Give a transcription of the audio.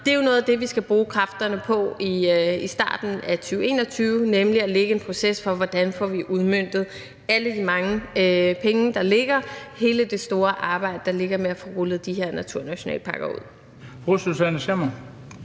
det er noget af det, vi skal bruge kræfterne på i starten af 2021, nemlig at planlægge en proces for, hvordan vi får udmøntet alle de mange penge, der ligger, og hele det store arbejde, der ligger med at få rullet de her naturnationalparker ud.